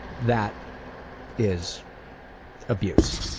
that is abuse,